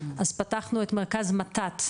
אז פתחנו את מרכז מתת,